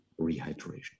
rehydration